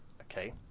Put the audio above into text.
Okay